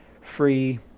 free